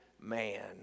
man